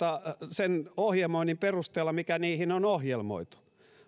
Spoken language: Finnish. sen ohjelmoinnin perusteella mikä niihin on ohjelmoitu